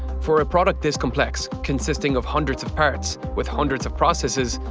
for a product this complex, consisting of hundreds of parts, with hundreds of processes,